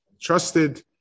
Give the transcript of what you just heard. trusted